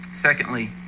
secondly